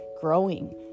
growing